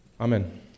Amen